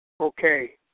Okay